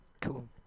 Cool